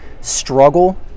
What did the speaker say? struggle